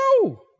No